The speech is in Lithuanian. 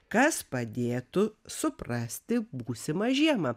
kas padėtų suprasti būsimą žiemą